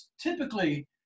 typically